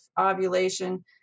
ovulation